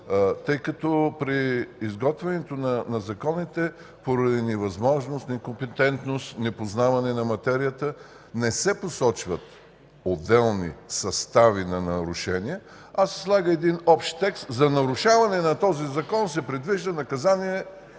тъй като при изготвянето на законите, поради невъзможност, некомпетентност, непознаване на материята не се посочват отделни състави на нарушения, а се слага един общ текст: „за нарушаване на този закон се предвижда наказание...”